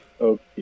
Okay